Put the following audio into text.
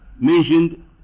mentioned